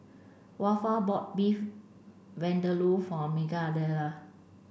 Waldo bought Beef Vindaloo for Migdalia